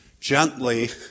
gently